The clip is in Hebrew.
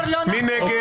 מי נגד?